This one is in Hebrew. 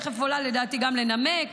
לדעתי את גם תכף עולה לנמק,